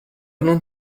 non